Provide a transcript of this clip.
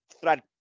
thread